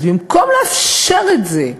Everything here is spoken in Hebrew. אז במקום לאפשר את זה,